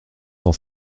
dans